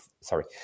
sorry